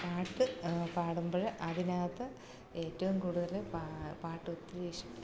പാട്ട് പാടുമ്പോൾ അതിനകത്ത് ഏറ്റവും കൂടുതൽ പാ പാട്ട് ഒത്തിരി ഇഷ്ടം